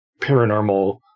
paranormal